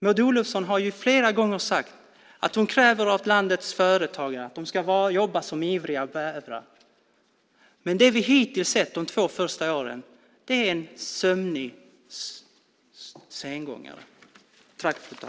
Maud Olofsson har flera gånger sagt att hon kräver av landets företagare att de ska jobba som ivriga bävrar. Men det vi hittills sett, de två första åren, är en sömning sengångare.